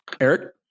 Eric